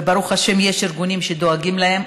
וברוך השם שיש ארגונים שדואגים להם,